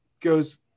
goes